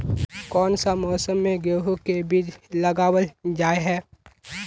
कोन सा मौसम में गेंहू के बीज लगावल जाय है